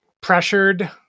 pressured